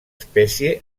espècie